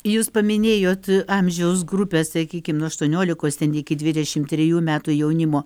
jūs paminėjot amžiaus grupę sakykim nuo aštuoniolikos iki dvidešim triejų metų jaunimo